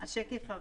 השקף הזה